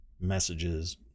messages